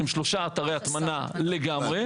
הם שלושה אתרי הטמנה לגמרי.